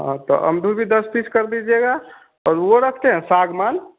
हाँ तो अमदूर भी दस पीस कर दीजिएगा और वह रखे हैं सामान